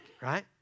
right